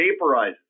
vaporizes